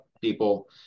people